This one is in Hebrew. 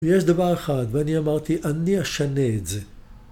ויש דבר אחד, ואני אמרתי, אני אשנה את זה.